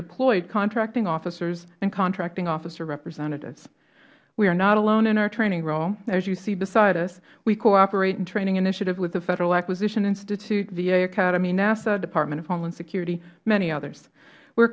deployed contracting officers and contracting officer representatives we are not alone in our training role as you see beside us we cooperate in training initiative with the federal acquisition institute the va academy nasa department of homeland security many others we